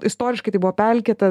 istoriškai tai buvo pelkėta